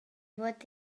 vot